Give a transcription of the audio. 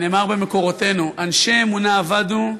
נאמר במקורותינו: "אנשי אמונה אבדו,